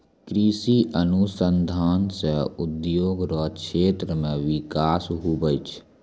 कृषि अनुसंधान से उद्योग रो क्षेत्र मे बिकास हुवै छै